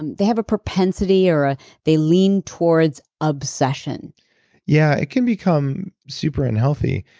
and they have a propensity or ah they lean towards obsession yeah. it can become super unhealthy.